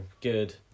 good